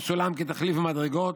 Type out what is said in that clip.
עם סולם כתחליף למדרגות.